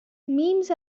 memes